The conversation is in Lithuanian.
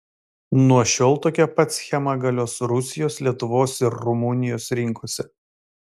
nuo šiol tokia pat schema galios rusijos lietuvos ir rumunijos rinkose